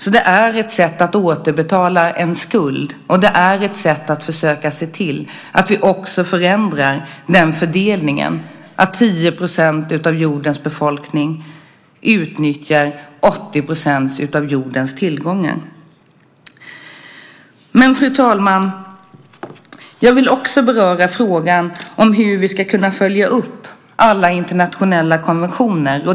Så det är ett sätt att återbetala en skuld, och det är ett sätt att försöka se till att vi också förändrar fördelningen att 10 % av jordens befolkning utnyttjar 80 % av jordens tillgångar. Fru talman! Jag vill också beröra frågan om hur vi ska kunna följa upp alla internationella konventioner.